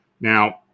Now